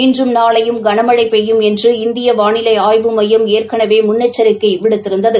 இன்றம் நாளையும் கனமழை பெய்யும் என்று இந்திய வாளிலை ஆய்வு முன்னெச்சிக்கை விடுத்திருந்தது